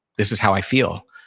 this is how i feel.